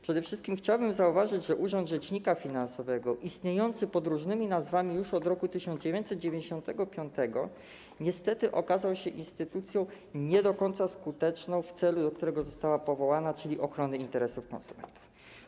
Przede wszystkim chciałbym zauważyć, że urząd rzecznika finansowego istniejący pod różnymi nazwami od roku 1995 niestety okazał się instytucją nie do końca skuteczną z punktu widzenia celu, dla którego został powołany, czyli ochrony interesów konsumentów.